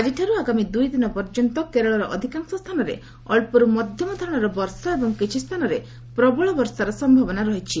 ଆଜିଠାରୁ ଆଗାମୀ ଦୁଇଦିନ ପର୍ଯ୍ୟନ୍ତ କେରଳର ଅଧିକାଂଶ ସ୍ଥାନରେ ଅଞ୍ଚରୁ ମଧ୍ୟମ ଧରଣର ବର୍ଷା ଏବଂ କିଛି ସ୍ଥାନରେ ପ୍ରବଳ ବର୍ଷାର ସମ୍ଭାବନା ରହିଛି